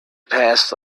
passed